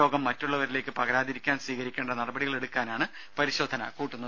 രോഗം മറ്റുളളവരിലേക്ക് പകരാതിരിക്കാൻ സ്വീകരിക്കേണ്ട നടപടികൾ എടുക്കാനാണ് പരിശോധന കൂട്ടുന്നത്